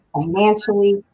financially